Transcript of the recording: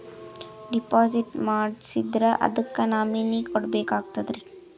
Deposit ಮಾಡ್ಸಿದ್ರ ಅದಕ್ಕ nominee ಕೊಡಬೇಕಾಗ್ತದ್ರಿ?